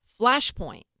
Flashpoint